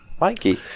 Mikey